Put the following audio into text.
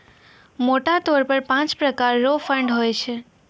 मोटा तौर पर पाँच प्रकार रो फंड हुवै छै